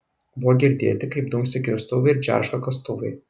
buvo girdėti kaip dunksi kirstuvai ir džerška kastuvai